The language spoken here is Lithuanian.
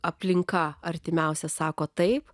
aplinka artimiausia sako taip